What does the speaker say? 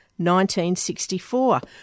1964